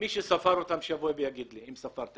מי שספר אותם, שיבוא